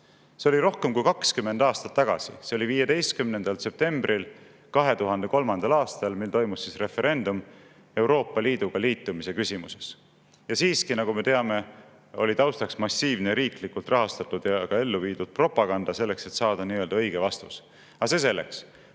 See oli rohkem kui 20 aastat tagasi, 15. septembril 2003. aastal, mil toimus referendum Euroopa Liiduga liitumise küsimuses. Ka siis, nagu me teame, oli taustaks massiivne, riiklikult rahastatud ja ka ellu viidud propaganda, selleks et saada nii-öelda õige vastus.